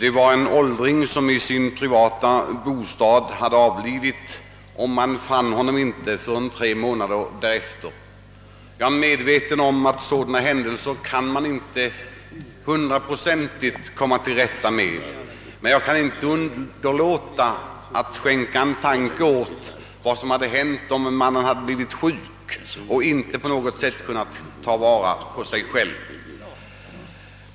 En åldring hade avlidit i sin privata bostad, och man fann honom inte förrän tre månader efteråt. Jag är medveten om att man inte till hundra procent kan förebygga sådana händelser. Jag kan inte underlåta att skänka en tanke åt vad som hade hänt om mannen hade blivit sjuk och inte kunnat på något sätt ta vara på sig själv.